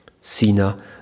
Sina